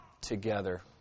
together